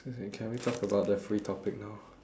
can we talk about the free topic now